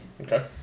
Okay